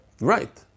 Right